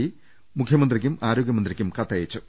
P മുഖ്യമന്ത്രിക്കും ആരോ ഗ്യമന്ത്രിക്കും കത്തയച്ചു